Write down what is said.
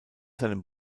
seinem